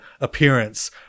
appearance